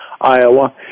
Iowa